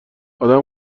آدم